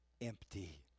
empty